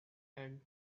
end